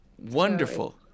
Wonderful